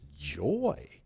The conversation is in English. joy